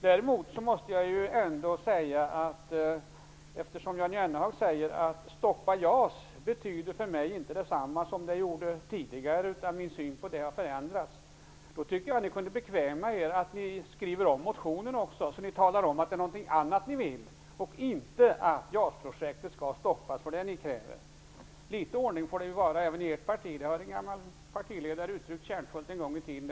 Däremot måste jag säga, eftersom Jan Jennehag säger att ''Stoppa JAS'' för honom inte betyder detsamma som det gjorde tidigare, att ni kunde bekväma er att skriva om er motion och tala om att ni vill något annat än att JAS-projektet skall stoppas. En gammal partiledare har en gång i tiden kärnfullt uttryckt att det måste vara litet ordning även i ert parti.